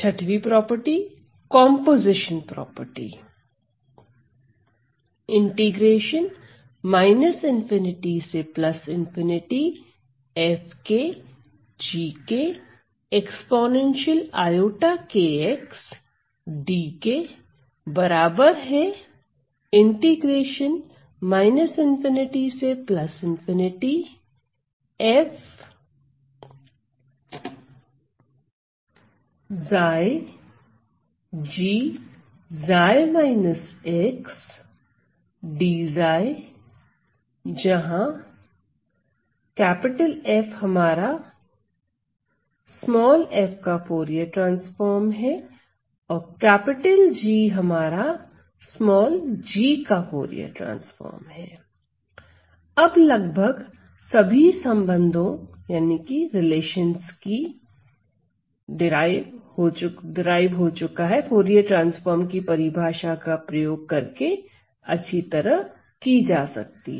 6 composition property जहां अब लगभग सभी संबंधों की उत्पत्ति फूरिये ट्रांसफॉर्म की परिभाषा का प्रयोग करके अच्छी तरह से की जा सकती है